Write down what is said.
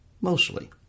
Mostly